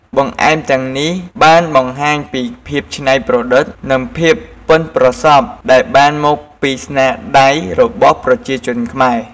បង្អែមទាំងនេះ បានបង្ហាញពីភាពឆ្នៃប្រឌិតនិងភាពប៉ិនប្រសព្វដែលបានមកពីស្នាដៃរបស់ប្រជាជនខ្មែរ។